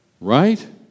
right